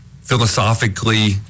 philosophically